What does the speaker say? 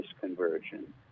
conversion